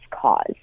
cause